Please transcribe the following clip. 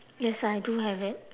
yes I do have it